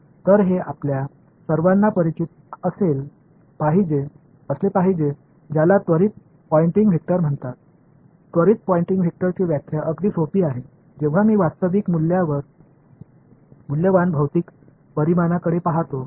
तर हे आपल्या सर्वांना परिचित असले पाहिजे ज्याला त्वरित पोयंटिंग वेक्टर म्हणतात त्वरित पोइंटिंग वेक्टरची व्याख्या अगदी सोपी आहे जेव्हा मी वास्तविक मूल्यवान भौतिक परिमाणांकडे पहातो